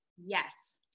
Yes